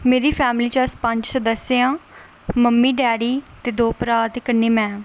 मेरी फैमंली च अस पंज सदस्य आं मम्मी डैडी दो भ्रा ते कन्नै में